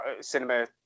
cinema